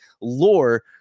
lore